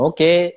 Okay